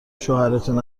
شوهرتون